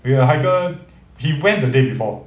ya haikal he went the day before